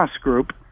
group